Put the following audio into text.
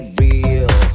real